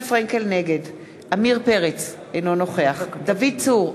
נגד עמיר פרץ, אינו נוכח דוד צור,